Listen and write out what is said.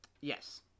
Yes